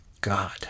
God